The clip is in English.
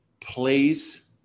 place